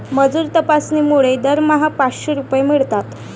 मजूर तपासणीमुळे दरमहा पाचशे रुपये मिळतात